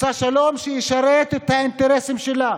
רוצה שלום שישרת את האינטרסים שלה,